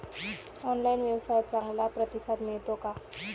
Online व्यवसायात चांगला प्रतिसाद मिळतो का?